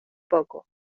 poco